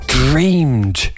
dreamed